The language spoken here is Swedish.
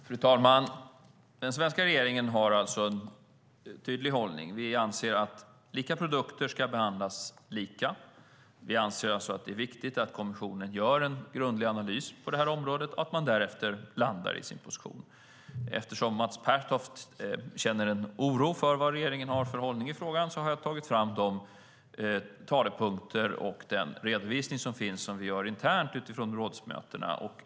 Fru talman! Den svenska regeringen har en tydlig hållning. Vi anser att lika produkter ska behandlas lika. Vi anser alltså att det är viktigt att kommissionen gör en grundlig analys på det här området och att man därefter landar i sin position. Eftersom Mats Pertoft känner en oro för vad regeringen har för hållning i frågan har jag tagit fram de talepunkter och den redovisning som finns som vi har internt utifrån rådsmötena.